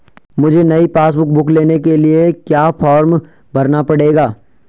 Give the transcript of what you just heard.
मुझे नयी passbook book लेने के लिए क्या फार्म भरना पड़ेगा?